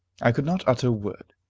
i could not utter a word.